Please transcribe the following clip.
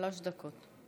שלוש דקות.